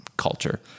culture